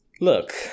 Look